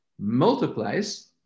multiplies